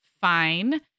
fine